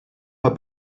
her